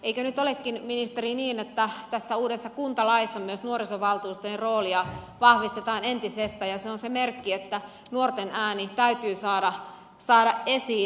eikö nyt olekin ministeri niin että tässä uudessa kuntalaissa myös nuorisovaltuustojen roolia vahvistetaan entisestään ja se on se merkki että nuorten ääni täytyy saada esiin